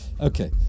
Okay